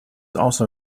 also